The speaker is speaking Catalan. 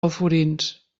alforins